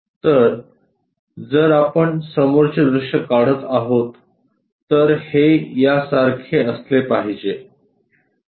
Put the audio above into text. तर जर आपण समोरचे दृश्य काढत आहोत तर हे या सारखे असले पाहिजे